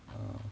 ah